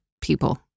people